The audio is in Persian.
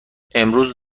امروز